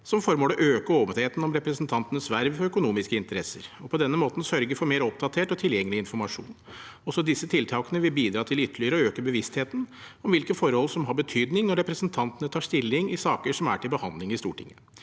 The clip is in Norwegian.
som formål å øke åpenheten om representantenes verv og økonomiske interesser, og på denne måten sørge for mer oppdatert og tilgjengelig informasjon. Også disse tiltakene vil bidra til ytterligere å øke bevisstheten om hvilke forhold som har betydning når representantene tar stilling i saker som er til behandling i Stortinget.